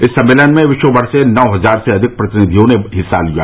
इस सम्मेलन में विश्वभर से नौ हजार से अधिक प्रतिनिधियों ने हिस्सा लिया